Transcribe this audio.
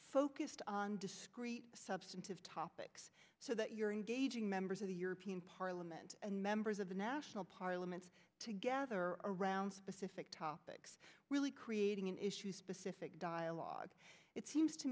focused on discrete substantive topics so that you're engaging members of the european parliament and members of the national parliament together around specific topics really creating an issue specific dialogue it seems to